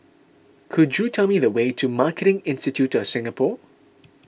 could you tell me the way to Marketing Institute of Singapore